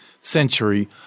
century